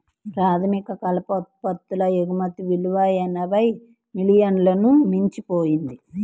ప్రాథమిక కలప ఉత్పత్తుల ఎగుమతి విలువ ఎనభై మిలియన్లను మించిపోయింది